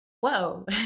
Whoa